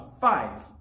five